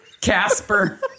Casper